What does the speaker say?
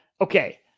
Okay